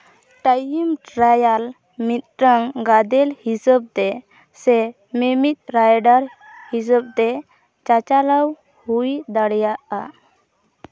time trial ᱢᱤᱫᱴᱟᱝ ᱜᱟᱫᱮᱞ ᱦᱤᱥᱟᱹᱵ ᱛᱮ ᱥᱮ ᱢᱤᱢᱤᱫ ᱨᱟᱭᱰᱟᱨ ᱦᱤᱥᱟᱹᱵ ᱛᱮ ᱪᱟᱪᱟᱞᱟᱣ ᱦᱩᱭ ᱫᱟᱲᱮᱭᱟᱜᱼᱟ